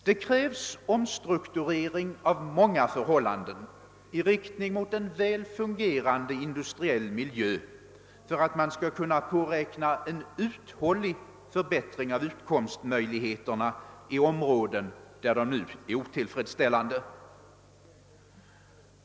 Det krävs omstrukturering av många förhållanden i riktning mot en väl fungerande industriell miljö för att man skall kunna påräkna en uthållig förbättring av utkomstmöjligheterna i områden där de nu är otillfredsställande.